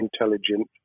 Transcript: intelligent